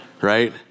right